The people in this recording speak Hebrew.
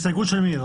הסתייגות של מי זו?